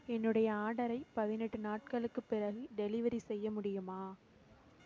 என்னுடைய ஆர்டரை பதினெட்டு நாட்களுக்குப் பிறகு டெலிவரி செய்ய முடியுமா